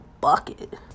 bucket